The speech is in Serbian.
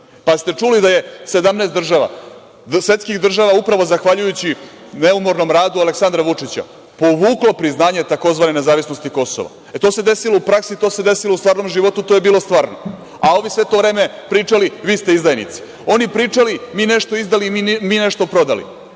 jel ste čuli da je 17 svetskih država upravo zahvaljujući neumornom radu Aleksandra Vučića povuklo priznanje tzv. nezavisnosti Kosova? To se desilo u praksi, to se desilo u stvarnom životu, to je bilo stvarno, a ovi sve vreme pričali – vi ste izdajnici. Oni pričali, mi nešto izdali, mi nešto prodali,